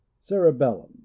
Cerebellum